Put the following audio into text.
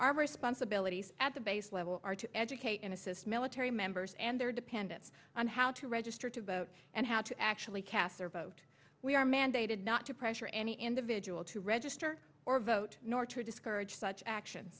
our responsibilities at the base level are to educate and assist military members and their dependents on how to register to vote and how to actually cast their vote we are mandated not to pressure any individual to register or vote nor true discourage such action